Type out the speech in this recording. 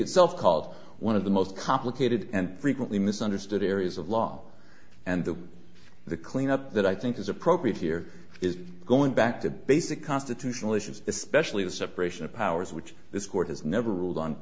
opiate self called one of the most complicated and frequently misunderstood areas of law and the the clean up that i think is appropriate here is going back to basic constitutional issues especially the separation of powers which this court has never ruled on